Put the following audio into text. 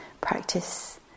practice